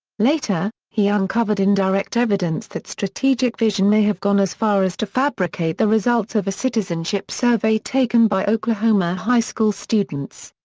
later, he uncovered indirect evidence that strategic vision may have gone as far as to fabricate the results of a citizenship survey taken by oklahoma high school students.